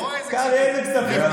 אוהו איזה כספים.